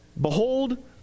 Behold